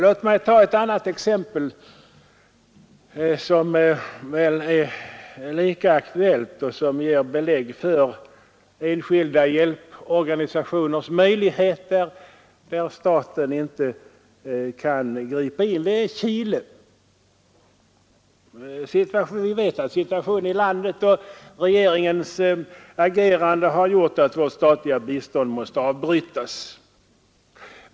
Låt mig ta ett annat exempel, som väl är lika aktuellt och som ger belägg för enskilda hjälporganisationers möjligheter där staten inte anser sig kunna gripa in. Det gäller Chile. Situationen i landet och regeringens agerande har gjort att vårt statliga bistånd måste avbrytas.